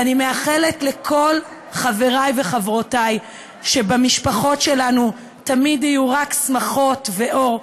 ואני מאחלת לכל חברי וחברותי שבמשפחות שלנו תמיד יהיו רק שמחות ואור,